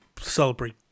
celebrate